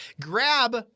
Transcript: Grab